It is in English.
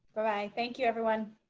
all right thank you everyone